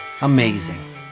Amazing